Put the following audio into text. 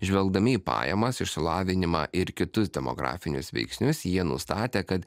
žvelgdami į pajamas išsilavinimą ir kitus demografinius veiksnius jie nustatė kad